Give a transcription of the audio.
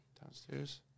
downstairs